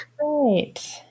Right